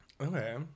okay